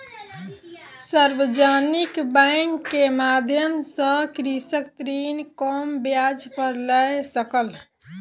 सार्वजानिक बैंक के माध्यम सॅ कृषक ऋण कम ब्याज पर लय सकल